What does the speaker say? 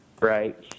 right